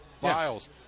files